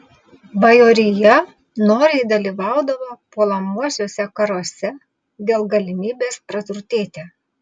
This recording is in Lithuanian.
bajorija noriai dalyvaudavo puolamuosiuose karuose dėl galimybės praturtėti